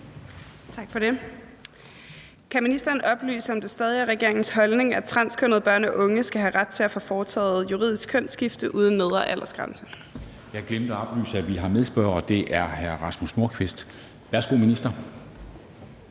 Kan ministeren oplyse, om det stadig er regeringens holdning, at transkønnede børn og unge skal have ret til at få foretaget et juridisk kønsskifte uden nedre aldersgrænse? Kl. 14:14 Formanden (Henrik Dam Kristensen): Jeg glemte at oplyse, at vi har en medspørger. Det er hr. Rasmus Nordqvist. Værsgo til ministeren.